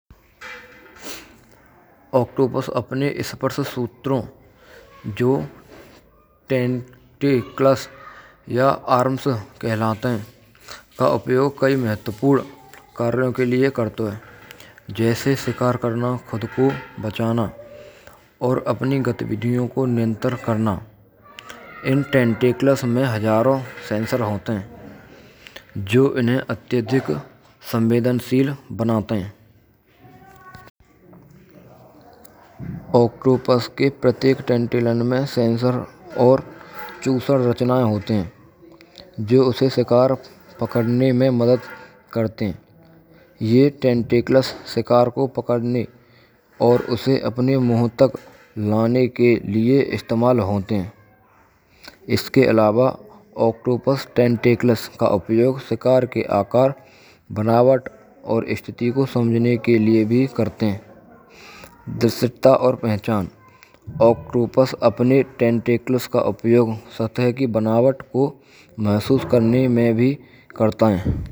Octopus apne sparsh sutro jo tantaclus ya arms kehlat hay. Ka upyog kai mattvpurn karyon kai liyai kart hai. Jaisai shikar karno, khud ko bachaana aur apane gatividhi ko nirantar karana. In tantaclus mein hajaaron sensar hoat hain. Jo inhen atyaadhik sanvedanaasheel banate hain. Octopus ke pratyaksh tantaclus mein sensar aur chusar rachanaen hotee hain. Jo usee shikaar pakadane mein madad karate hain. Yah tantaclus shikaar ko pakadane aur usee apane munh tak laane ke lie istamaal hoat hain. Isake alaava octopus tantaclus ka upayog sikar ke aakaar banaavat. Aurr sthiti ko samajhne ke lie bhee karat hain. Dishita aur pehchan octopus apne tantaclus ka upyog satah ko banavat ko mehsus krne mai bhi krtei hay.